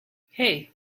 hey